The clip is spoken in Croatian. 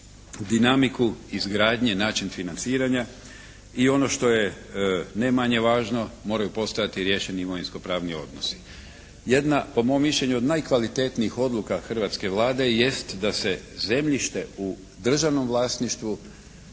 dinamiku izgradnje i način financiranja. I ono što je ne manje važno moraju postojati riješeni imovinsko-pravni odnosi. Jedna po mom mišljenju od najkvalitetnijih odluka hrvatske Vlade jest da se zemljište u državnom vlasništvu